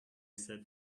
said